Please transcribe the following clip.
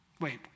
Wait